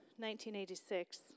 1986